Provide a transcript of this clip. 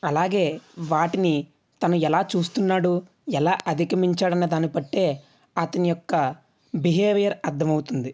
అలాగే వాటిని తను ఎలా చూస్తున్నాడు ఎలా అధిగామించాడన్న దాన్ని బట్టే అతని యొక్క బిహేవియర్ అర్ధమవుతుంది